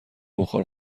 بخار